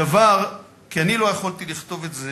מִדָבר, כי אני לא יכולתי לכתוב את זה